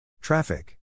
Traffic